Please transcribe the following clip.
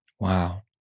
Wow